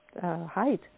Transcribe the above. height